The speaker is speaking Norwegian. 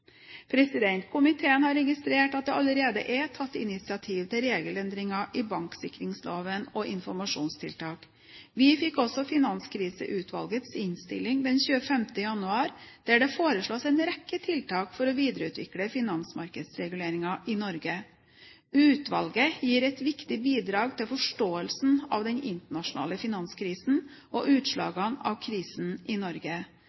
Komiteen har registrert at det allerede er tatt initiativ til regelendringer i banksikringsloven og når det gjelder informasjonstiltak. Vi fikk også Finanskriseutvalgets innstilling den 25. januar, der det foreslås en rekke tiltak for å videreutvikle finansmarkedsreguleringen i Norge. Utvalget gir et viktig bidrag til forståelsen av den internasjonale finanskrisen og utslagene av krisen i Norge.